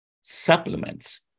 supplements